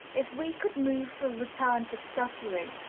if we could move for returns of suffering,